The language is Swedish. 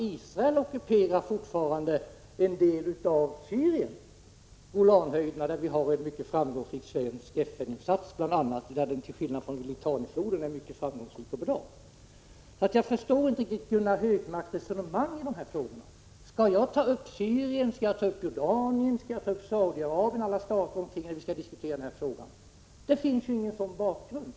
Israel ockuperar dock fortfarande en del av Syrien, nämligen Golanhöjderna. Där görs också en svensk FN-insats som, till skillnad från den som görs vid Litanifloden, är mycket bra och framgångsrik. Jag förstår inte riktigt Gunnar Hökmarks resonemang på denna punkt. Skall jag ta upp Syrien, Jordanien, Saudi-Arabien och alla andra omkringliggande stater när vi skall diskutera denna fråga? Där finns ingen motsvarande bakgrund.